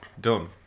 done